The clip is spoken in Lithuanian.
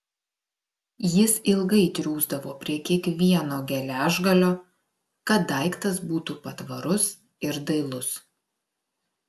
jis ilgai triūsdavo prie kiekvieno geležgalio kad daiktas būtų patvarus ir dailus